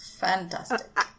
fantastic